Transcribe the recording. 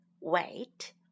wait